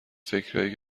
فکرایی